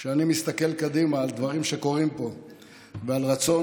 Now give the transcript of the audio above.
כשאני מסתכל קדימה על דברים שקורים פה ועל רצון